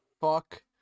Fuck